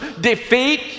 defeat